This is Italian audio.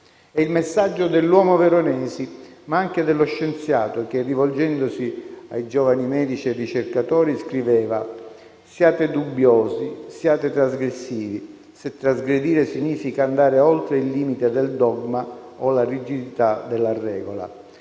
È il messaggio dell'uomo Veronesi, ma anche dello scienziato che, rivolgendosi ai giovani medici e ricercatori, scriveva: «Siate dubbiosi, siate trasgressivi, se trasgredire significa andare oltre il limite del dogma o la rigidità della regola»,